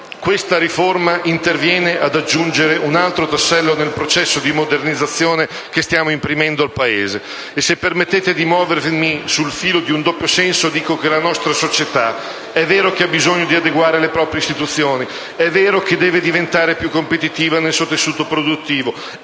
Questa riforma interviene ad aggiungere un altro tassello al processo di modernizzazione che stiamo imprimendo al Paese. Se mi permettete di muovermi sul filo di un doppio senso, dico che la nostra società è vero che ha bisogno di adeguare le proprie istituzioni, è vero che deve diventare più competitiva nel suo tessuto produttivo,